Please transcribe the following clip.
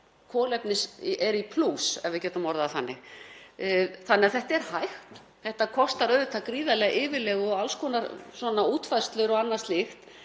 kolefnisplús, ef við getum orðað það svo. Þannig að þetta er hægt. Þetta kostar auðvitað gríðarlega yfirlegu og alls konar útfærslur og annað slíkt